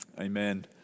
Amen